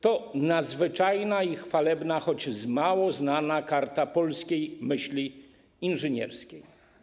To nadzwyczajna i chwalebna, choć mało znana karta polskiej myśli inżynierskiej.